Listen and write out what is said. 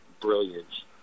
brilliance